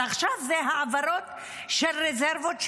אז עכשיו זה העברות של רזרבות,